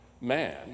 man